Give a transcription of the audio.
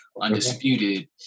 undisputed